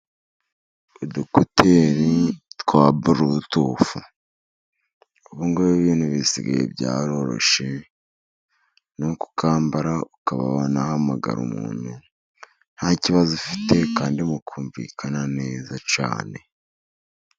Udukuteri twa burutufu ubungubu ibintu bisigaye byaroroshye ni ukukambara ukaba wanahamagara umuntu ntakibazo ufite kandi mukumvikana neza cyane.